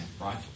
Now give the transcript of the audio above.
right